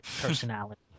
personality